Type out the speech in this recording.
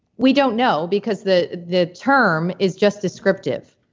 we don't know because the the term is just descriptive.